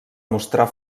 mostrar